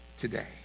today